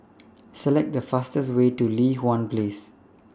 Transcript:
Select The fastest Way to Li Hwan Place